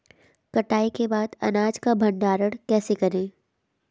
कटाई के बाद अनाज का भंडारण कैसे करें?